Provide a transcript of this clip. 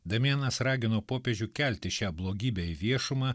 damianas ragino popiežių kelti šią blogybę į viešumą